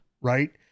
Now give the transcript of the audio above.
right